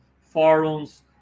forums